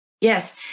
Yes